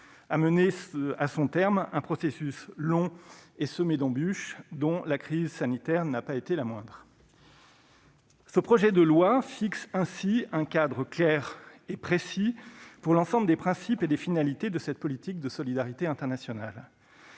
à mener à son terme un processus long et semé d'embûches, dont la crise sanitaire n'a pas été la moindre. Ce projet de loi fixe ainsi un cadre clair et précis pour l'ensemble des principes et des finalités de cette politique de solidarité internationale.